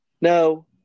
No